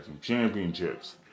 Championships